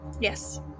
Yes